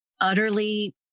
utterly